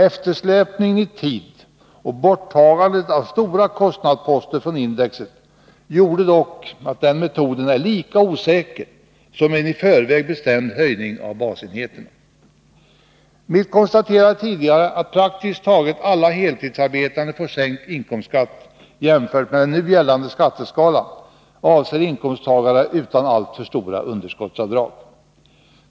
Eftersläpningen i tid och borttagandet av stora kostnadsposter från indexet gjorde dock att den metoden är lika osäker som en i förväg bestämd höjning av basenheterna. Mitt konstaterande tidigare att praktiskt taget alla heltidsarbetande får sänkt inkomstskatt jämfört med den nu gällande skatteskalan avser inkomsttagare utan alltför stora underskottsavdrag.